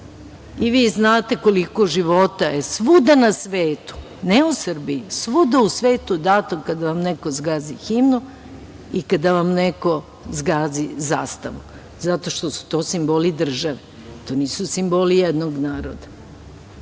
Vi znate koliko života je svuda u svetu, ne u Srbiji, svuda u svetu dato kada vam neko zgazi himnu i kada vam neko zgazi zastavu. Zato što su to simboli države. To nisu simboli jednog naroda,